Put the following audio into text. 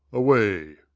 away!